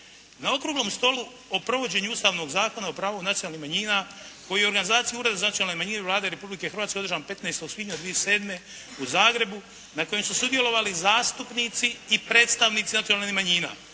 Na okruglom stolu o provođenju Ustavnog zakona o pravu nacionalnih manjina koji je u organizaciji Ureda za nacionalne manjine Vlade Republike Hrvatske održan 15. svibnja 2007. u Zagrebu, na kojem su sudjelovali zastupnici i predstavnici nacionalnih manjina,